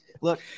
look